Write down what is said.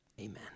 amen